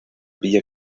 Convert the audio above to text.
villa